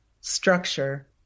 structure